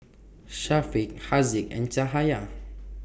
Syafiq Haziq and Cahaya